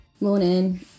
Morning